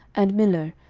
and millo,